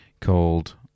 Called